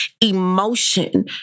emotion